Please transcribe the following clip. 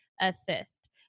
assist